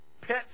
Pet